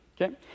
okay